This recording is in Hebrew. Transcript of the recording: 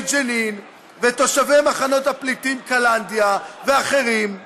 ג'נין ומחנות הפליטים קלנדיה ואחרים?